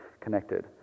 connected